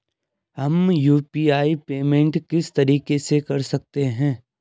हम UPI payment किस तरीके से कर सकते हैं?